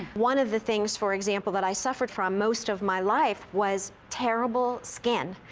one of the things for example, that i suffered from most of my life, was terrible skin.